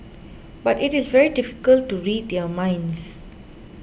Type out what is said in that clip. but it is very difficult to read their minds